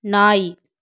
நாய்